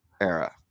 era